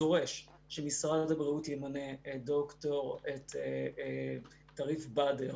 דורש שמשרד הבריאות ימנה את ד"ר טריף בדר,